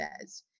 says